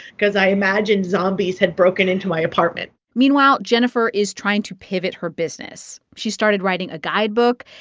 because i imagined zombies had broken into my apartment meanwhile, jennifer is trying to pivot her business. she started writing a guidebook,